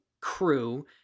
crew